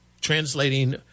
translating